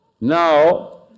Now